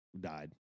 died